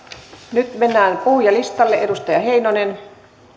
nyt mennään puhujalistalle edustaja heinonen